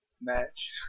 match